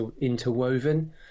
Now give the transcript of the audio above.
interwoven